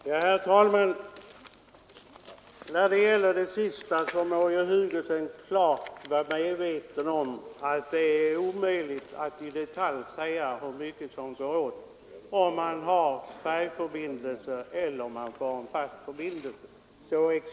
Herr talman! När det gäller det sistnämnda må herr Hugosson vara klart medveten om att det är omöjligt att i detalj säga hur mycket som går åt om man har färjförbindelser eller en fast förbindelse.